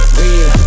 real